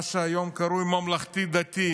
מה שהיום קרוי ממלכתי-דתי,